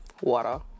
Water